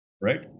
right